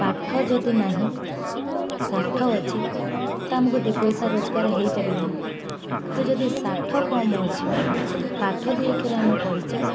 ପାଠ ଯଦି ନାହିଁ ଶାଠ ଅଛି ତ ଆମକୁ ଦୁଇ ପଇସା ରୋଜଗାର ହୋଇପାରିବନି ତ ଯଦି ଶାଠ କମ୍ ଅଛି ପାଠ ଦିଗରେ ଆମେ ପଢିଛେ